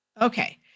okay